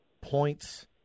points